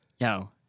Yo